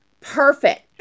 perfect